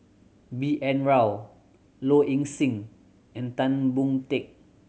B N Rao Low Ing Sing and Tan Boon Teik